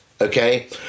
Okay